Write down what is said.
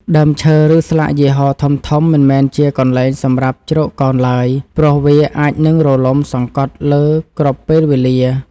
ដើមឈើ ឬស្លាកយីហោធំៗមិនមែនជាកន្លែងសម្រាប់ជ្រកកោនឡើយ ព្រោះវាអាចនឹងរលំសង្កត់លើគ្រប់ពេលវេលា។